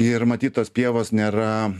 ir matyt tos pievos nėra